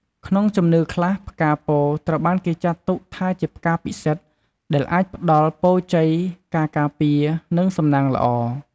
ក្នុងជំនឿខ្លះ ផ្កាពោធិ៍ត្រូវបានគេចាត់ទុកថាជាផ្កាពិសិដ្ឋដែលអាចផ្តល់ ពរជ័យ ការការពារ និងសំណាងល្អ។